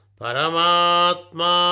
Paramatma